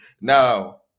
Now